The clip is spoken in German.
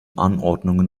anordnungen